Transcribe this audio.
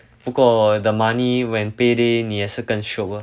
不过 the money when payday 你也是更 shiok ah